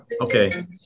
Okay